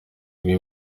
bwe